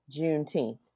Juneteenth